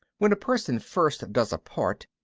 when a person first does a part,